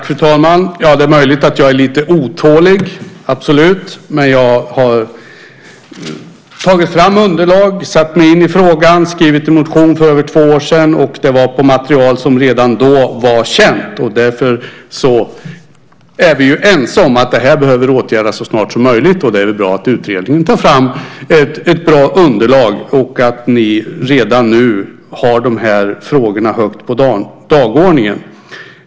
Fru talman! Ja, det är möjligt att jag är lite otålig, absolut. Men jag har tagit fram underlag, satt mig in i frågan, skrivit en motion för över två år sedan, och det var på material som redan då var känt. Vi är ense om att det här behöver åtgärdas så snart som möjligt. Och det är väl bra att utredningen tar fram ett bra underlag och att ni redan nu har de här frågorna högt på dagordningen.